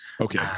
okay